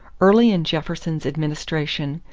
early in jefferson's administration,